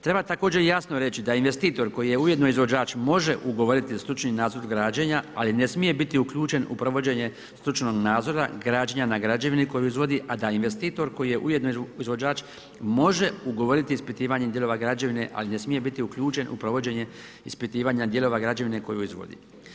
Treba također jasno reći da investitor koji je ujedno izvođač može ugovoriti stručni nadzor građenja ali ne smije biti uključen u provođenje stručnog nadzora, građenja na građevini koji izvodi a da investitor koji je ujedno i izvođač, može ugovorit ispitivanje dijelova građevine ali ne smije biti uključen u provođenje ispitivanja dijelova građevine koju izvodi.